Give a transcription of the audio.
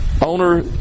Owner